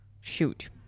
shoot